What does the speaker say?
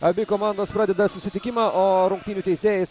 abi komandos pradeda susitikimą o rungtynių teisėjais